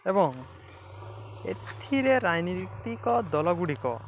ଏବଂ ଏଥିରେ ରାଜନୈତିକ ଦଳଗୁଡ଼ିକ